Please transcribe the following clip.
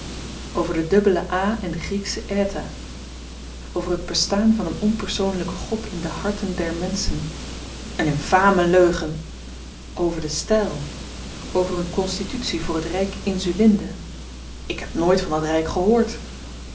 over de dubbele a en de grieksche eta over het bestaan van een onpersoonlyken god in de harten der menschen een infame leugen over den styl over een konstitutie voor het ryk insulinde ik heb nooit van dat ryk gehoord